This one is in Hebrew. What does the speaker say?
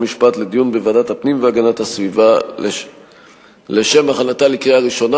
חוק ומשפט לדיון בוועדת הפנים והגנת הסביבה לשם הכנתה לקריאה ראשונה.